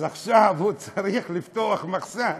אז עכשיו הוא צריך לפתוח מחסן